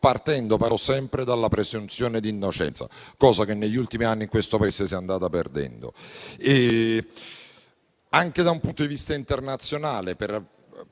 partendo però sempre dalla presunzione d'innocenza, cosa che negli ultimi anni in questo Paese si è andata perdendo. Anche da un punto di vista internazionale, per